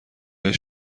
های